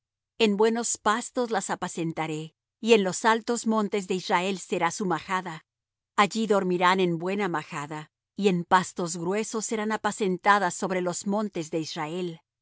en buenos pastos las apacentaré y en los altos montes de israel será su majada allí dormirán en buena majada y en pastos gruesos serán apacentadas sobre los montes de israel